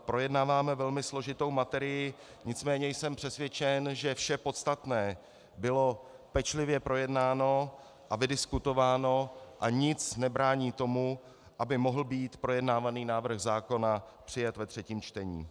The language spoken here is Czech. Projednáváme velmi složitou materii, nicméně jsem přesvědčen, že vše podstatné bylo pečlivě projednáno a vydiskutováno a nic nebrání tomu, aby mohl být projednávaný návrh zákona přijat ve třetím čtení.